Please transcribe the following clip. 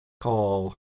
call